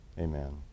Amen